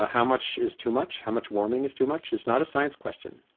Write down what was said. ah how much is too much? how much warming is too much? it's not a science question.